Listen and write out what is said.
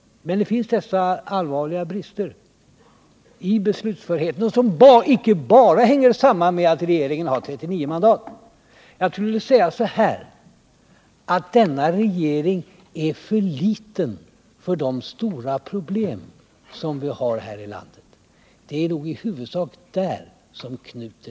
Men det finns dessa allvarliga brister i beslutförheten som icke bara hänger samman med att regeringen har 39 mandat. Jag skulle vilja säga så här: Denna regering är för liten för de stora problem som vi har här i landet. Det är nog i huvudsak där som knuten